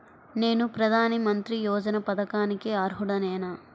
నేను ప్రధాని మంత్రి యోజన పథకానికి అర్హుడ నేన?